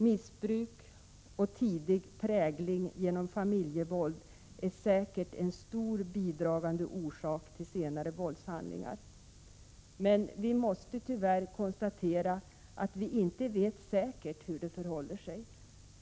Missbruk och tidig prägling genom familjevåld är säkert en stor bidragande orsak till senare våldshandlingar. Men vi måste tyvärr konstatera att vi inte vet säkert hur det förhåller sig.